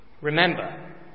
Remember